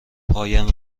پایم